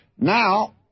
Now